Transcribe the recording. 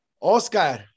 Oscar